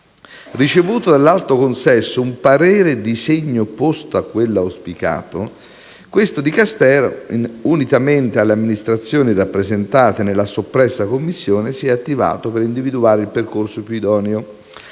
Ricevuto dall'Alto consesso un parere di segno opposto a quello auspicato, questo Dicastero, unitamente alle amministrazioni rappresentate nella soppressa commissione, si è attivato per individuare il percorso più idoneo